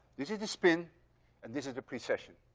this is spin and this is the precession.